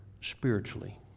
spiritually